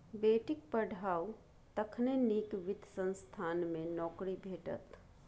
बेटीक पढ़ाउ तखने नीक वित्त संस्थान मे नौकरी भेटत